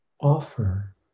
offer